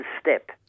step